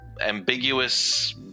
ambiguous